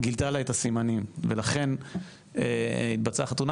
גילתה לה את הסימנים ולכן התבצעה החתונה